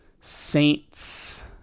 Saints